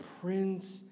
Prince